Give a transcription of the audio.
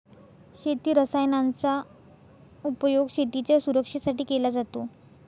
शेती रसायनांचा उपयोग शेतीच्या सुरक्षेसाठी केला जातो